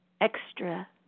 extra